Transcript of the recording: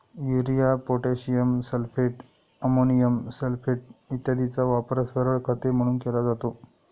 urea, potassium sulphate, ammonium sulphate इत्यादींचा वापर सरळ खते म्हणून केला जातो